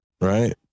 right